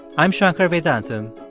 i'm shankar vedantam,